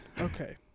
Okay